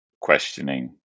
questioning